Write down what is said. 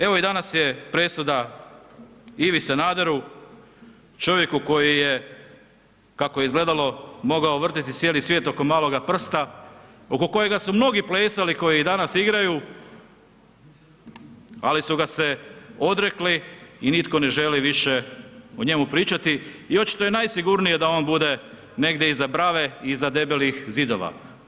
Evo i danas je presuda Ivi Sanaderu čovjeku koji je kako je izgledalo mogao vrtiti cijeli svijet oko maloga prsta, oko kojega su mnogi plesali koji i danas igraju, ali su ga se odrekli i nitko ne želi više o njemu više pričati i očito je najsigurnije da on bude negdje iza brave, iza debelih zidova.